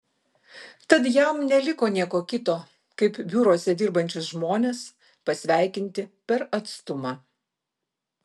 tad jam neliko nieko kito kaip biuruose dirbančius žmones pasveikinti per atstumą